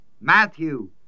Matthew